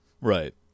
Right